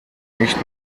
nicht